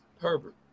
Herbert